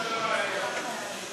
הצעת חוק ההסדרה היום.